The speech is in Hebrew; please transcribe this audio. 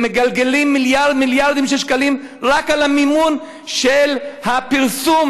ומגלגלים מיליארדים של שקלים רק על המימון של הפרסום,